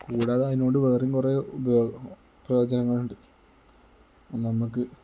കൂടാതെ അതിനെക്കൊണ്ട് വേറെയും കുറേ പ്രയോജനങ്ങളുണ്ട് നമ്മൾക്ക്